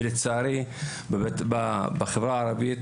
לצערי, בחברה הערבית